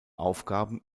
aufgaben